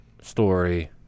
story